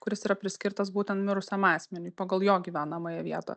kuris yra priskirtas būten mirusiam asmeniui pagal jo gyvenamąją vietą